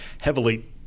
heavily